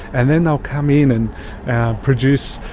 and then they'll come in, and produce,